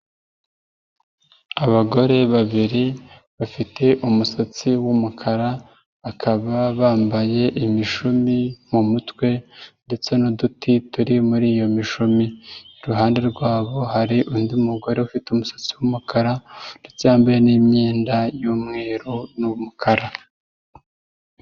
Abagore babiri bafite umusatsi w'umukara bakaba bambaye imishumi mu mutwe ndetse n'uduti turi muri iyo mishumi, iruhande rwabo hari undi mugore ufite umusatsi w'umukara ndetse yambaye n'imyenda y'umweru n'umukara.